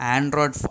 Android